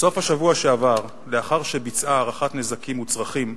בסוף השבוע שעבר, לאחר שביצעה הערכת נזקים וצרכים,